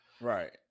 Right